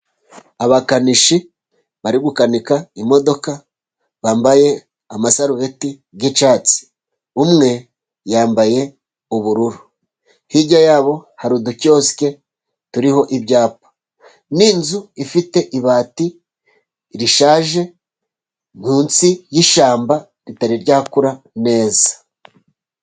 Abakanishi bari gukanika imodoka bambaye amasarubeti y'icyatsi. Umwe yambaye ubururu, hirya yabo hari udukiyosike turiho ibyapa n'inzu ifite ibati rishaje , munsi y'ishyamba ritari ryakura neza.